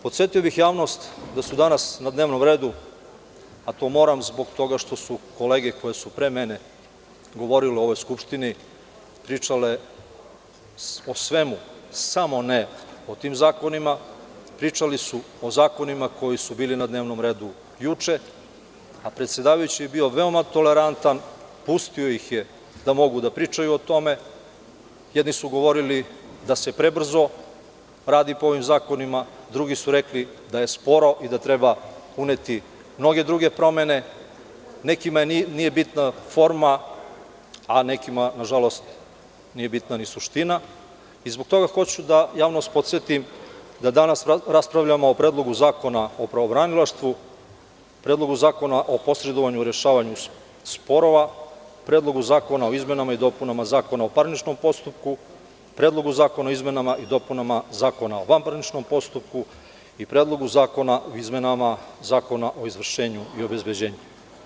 Podsetio bih javnost da su danas na dnevnom redu, a to moram zbog toga što su kolege koje su pre mene govorile u ovoj skupštini, pričale o svemu, samo ne o tim zakonima, pričali su o zakonima koji su bili na dnevnom redu juče, a predsedavajući je bio veoma tolerantan, pustio ih je da mogu da pričaju o tome, jedni su govorili da se prebrzo radi po ovim zakonima, drugi su rekli da je sporo i da treba uneti mnoge druge promene, nekima nije bitna forma, a nekima, nažalost, nije bitna ni suština i zbog toga hoću da javnost podsetim da danas raspravljamo o Predlogu zakona o pravobranilaštvu, Predlogu zakona o posredovanju u rešavanju sporova, o Predlogu zakona o izmenama i dopunama Zakona o parničnom postupku, o Predlogu zakona o izmenama i dopunama Zakona o vanparničnom postupku i Predlogu zakona o izmenama Zakona o izvršenju i obezbeđenju.